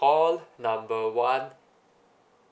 call number one